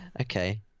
Okay